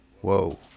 Whoa